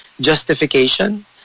justification